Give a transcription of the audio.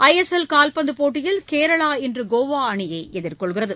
ஐ S L கால்பந்துப் போட்டியில் கேரளா இன்று கோவா அணியை எதிர்கொள்கிறது